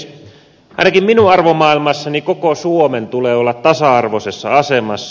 ainakin minun arvomaailmassani koko suomen tulee olla tasa arvoisessa asemassa